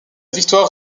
victoire